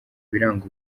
biranga